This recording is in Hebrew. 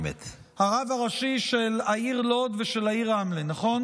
הרב הראשי של העיר לוד ושל העיר רמלה, נכון?